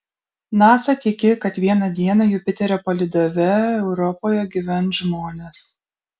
nasa tiki kad vieną dieną jupiterio palydove europoje gyvens žmonės